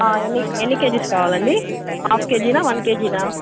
ఎన్ని ఎన్ని కేజెస్ కావాలండి హాఫ్ కేజీనా వన్ కేజీనా